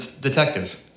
detective